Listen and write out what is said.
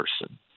person